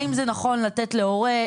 האם זה נכון לתת להורה?